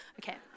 Okay